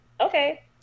Okay